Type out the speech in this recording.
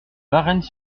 varennes